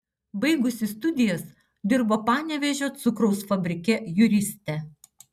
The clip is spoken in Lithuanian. baigusi studijas dirbo panevėžio cukraus fabrike juriste